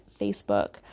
Facebook